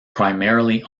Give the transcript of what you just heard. primarily